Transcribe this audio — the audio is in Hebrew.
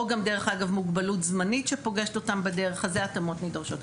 או גם דרך אגב מוגבלות זמנית שפוגשת אותם בדרך אז זה ההתאמות הנדרשות.